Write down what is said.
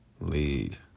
lead